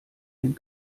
den